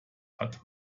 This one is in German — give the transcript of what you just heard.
hat